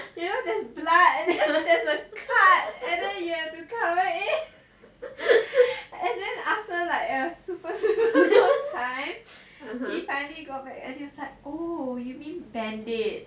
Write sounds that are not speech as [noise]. you know there's blood then there's cut then you have to cover it [laughs] and then after like a super super long time he finally got back and he was like oh you mean band aid